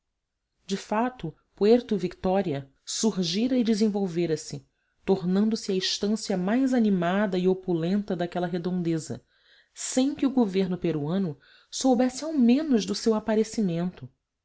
de fato puerto victoria surgira e desenvolvera se tornando-se a estância mais animada e opulenta daquela redondeza sem que o governo peruano soubesse ao menos do seu aparecimento